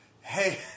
Hey